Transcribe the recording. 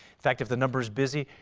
fact if the number is busy,